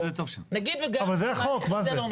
אבל זה החוק, מה זה?